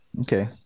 okay